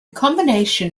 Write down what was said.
combination